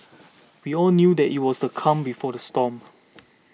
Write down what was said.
we all knew that it was the calm before the storm